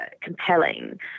compelling